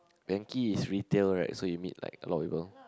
Yankee is retail right so you meet like a lot of people